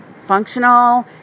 functional